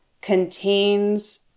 contains